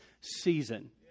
season